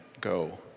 go